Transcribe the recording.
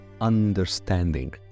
understanding